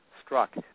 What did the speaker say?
struck